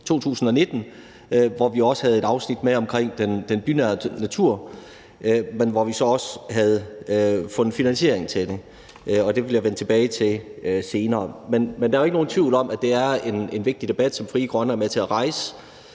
2019, hvor vi også havde et afsnit med om den bynære natur, men hvor vi så også havde fundet finansieringen til den. Og det vil jeg vende tilbage til senere. Men der er jo ikke nogen tvivl om, at det er en vigtig debat, som Frie Grønne er med til at rejse.